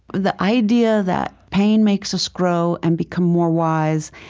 the idea that pain makes us grow and become more wise,